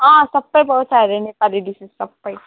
अँ सबै पाउँछ अरे नेपाली डिसेस सबै